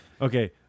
Okay